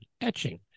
etching